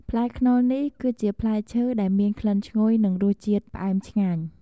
ផ្លែខ្នុរនេះ គឺជាផ្លែឈើដែលមានក្លិនឈ្ងុយ និងរសជាតិផ្អែមឆ្ងាញ់។